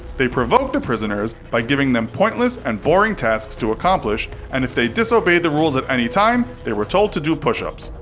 they provoked the prisoners by giving them pointless and boring tasks to accomplish, and if they disobeyed the rules at anytime, they were told to do push-ups.